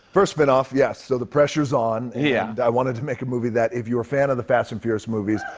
first spin-off, yes. so, the pressure's on. yeah. and i wanted to make a movie that if you're a fan of the fast and furious movies.